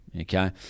okay